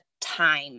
time